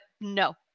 no